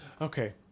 okay